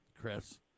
Chris